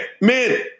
men